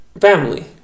Family